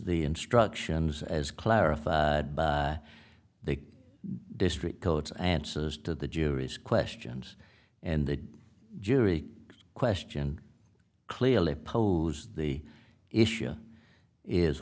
the instructions as clarify the district coats answers to the jury's questions and the jury question clearly pose the issue is